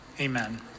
amen